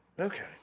Okay